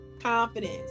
confidence